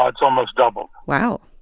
um it's almost doubled wow.